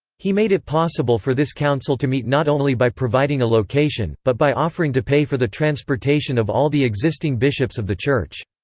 he made it possible for this council to meet not only by providing a location, but by offering to pay for the transportation of all the existing bishops of the church.